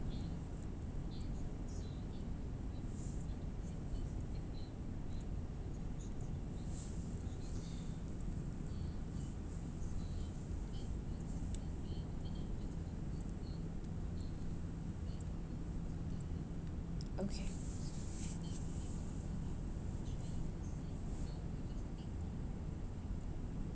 okay